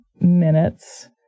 minutes